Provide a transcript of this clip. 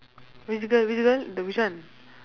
which girl which girl the which one